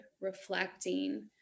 reflecting